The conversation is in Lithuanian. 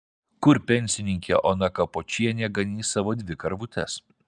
kur pensininkė ona kapočienė ganys savo dvi karvutes